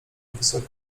wysoki